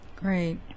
Great